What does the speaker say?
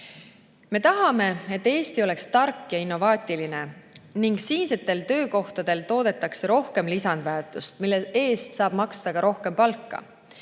Me tahame, et Eesti oleks tark ja innovaatiline ning siinsetel töökohtadel toodetaks rohkem lisandväärtust, mille eest saab maksta ka rohkem palka.